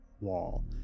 wall